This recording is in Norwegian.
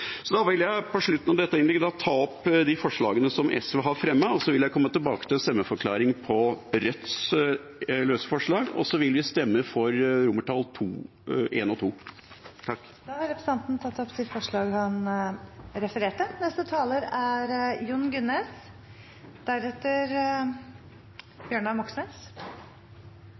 På slutten av dette innlegget vil jeg ta opp de forslagene SV har alene, og så vil jeg komme tilbake med en stemmeforklaring når det gjelder Rødts løse forslag. Vi vil også stemme for I og II i komiteens tilråding. Representanten Arne Nævra har tatt opp de forslagene han refererte til. Det er